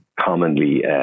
commonly